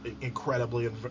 incredibly